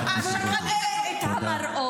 אנחנו לא נקבל את המידע?